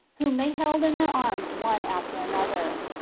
whom they held in their arms one after another.